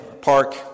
park